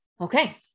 Okay